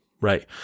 Right